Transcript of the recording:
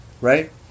right